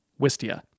Wistia